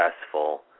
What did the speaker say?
successful